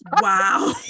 Wow